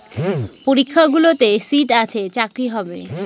পরীক্ষাগুলোতে সিট আছে চাকরি হবে